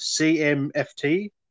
CMFT